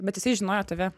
bet jisai žinojo tave